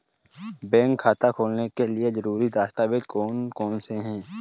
Bank खाता खोलने के लिए ज़रूरी दस्तावेज़ कौन कौनसे हैं?